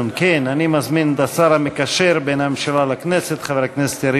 האם הבטחתו בקול רם של ראש הממשלה כבר לא חשובה לאף